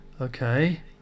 okay